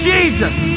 Jesus